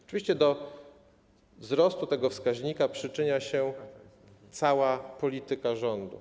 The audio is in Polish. Oczywiście do wzrostu tego wskaźnika przyczynia się cała polityka rządu.